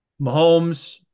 Mahomes